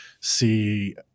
see